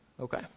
Okay